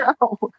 No